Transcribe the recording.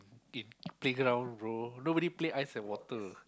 in playground bro nobody play Ice and Water